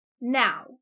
Now